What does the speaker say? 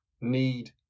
need